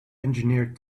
engineered